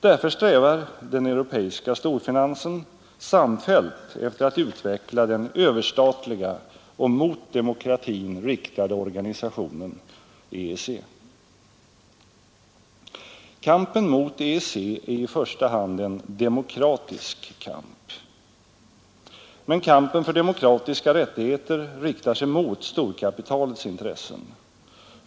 Därför strävar den europeiska storfinansen samfällt efter att utveckla den överstatliga och mot demokratin riktade organisationen EEC. Kampen mot EEC är i första hand en demokratisk kamp. Men kampen för demokratiska rättigheter riktar sig mot storkapitalets intressen.